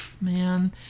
man